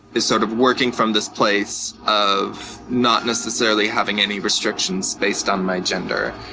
is sort of working from this place of not necessarily having any restrictions based on my gender.